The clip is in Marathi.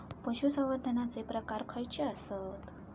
पशुसंवर्धनाचे प्रकार खयचे आसत?